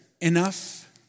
enough